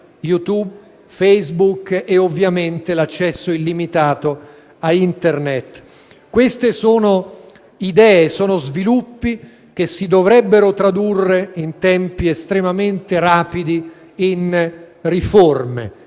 YouTube, Facebook e, ovviamente, l'accesso illimitato a Internet. Queste sono idee e sviluppi che si dovrebbero tradurre in tempi estremamente rapidi in riforme,